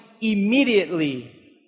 immediately